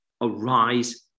arise